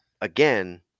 again